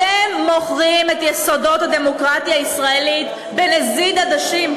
אתם מוכרים את יסודות הדמוקרטיה הישראלית בנזיד עדשים,